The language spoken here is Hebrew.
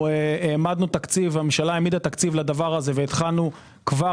הממשלה העמידה תקציב לכך והתחלנו כבר